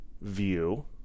view